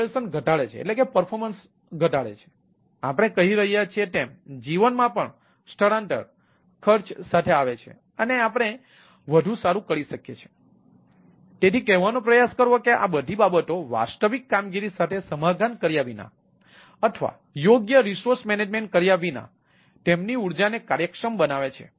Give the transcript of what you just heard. production cloud કર્યા વિના તેમની ઊર્જાને કાર્યક્ષમ બનાવે છે